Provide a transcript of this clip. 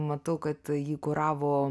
matau kad jį kuravo